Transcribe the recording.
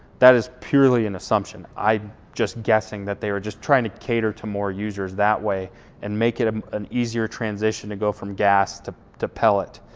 that is purely an assumption. i'm just guessing that they were just trying to cater to more users that way and make it um an easier transition to go from gas to to pellet